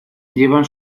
llevan